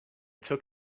took